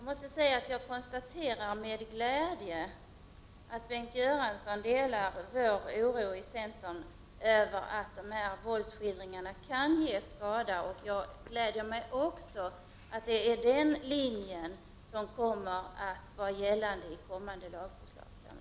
Herr talman! Jag konstaterar med glädje att Bengt Göransson delar vår oro i centern över att dessa våldsskildringar kan förorsaka skada. Jag gläder mig också över att det är den linjen som kommer att vara gällande i kommande lagförslag.